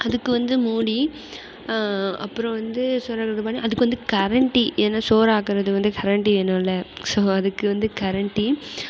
அதுக்கு வந்து மூடி அப்புறம் வந்து சோறாக்குகிறதுக்கு பானை அதுக்கு வந்து கரண்டி ஏன்னா சோறாக்குகிறது வந்து கரண்டி வேணுமில்ல ஸோ அதுக்கு வந்து கரண்டி